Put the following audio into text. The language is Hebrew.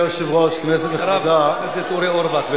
אחריו, חבר הכנסת אורי אורבך.